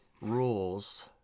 rules